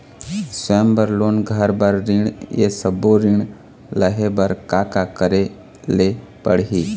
स्वयं बर लोन, घर बर ऋण, ये सब्बो ऋण लहे बर का का करे ले पड़ही?